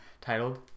titled